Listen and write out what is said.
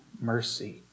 mercy